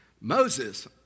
Moses